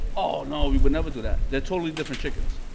oh, no. we would never do that. they're totally different chickens.